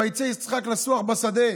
"ויצא יצחק לשוח בשדה".